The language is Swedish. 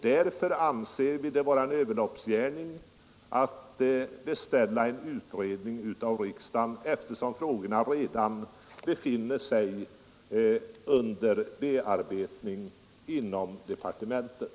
Vi anser det vara en överloppsgärning att beställa en utredning från riksdagen, eftersom frågorna redan är under bearbetning inom departementet.